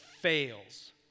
fails